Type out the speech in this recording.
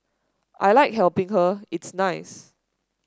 I like helping her it's nice